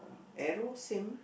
arrow same